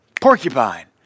Porcupine